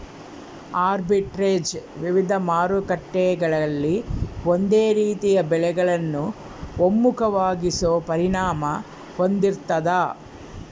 arbitrage ವಿವಿಧ ಮಾರುಕಟ್ಟೆಗಳಲ್ಲಿ ಒಂದೇ ರೀತಿಯ ಬೆಲೆಗಳನ್ನು ಒಮ್ಮುಖವಾಗಿಸೋ ಪರಿಣಾಮ ಹೊಂದಿರ್ತಾದ